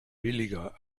billiger